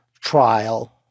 trial